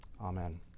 Amen